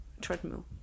treadmill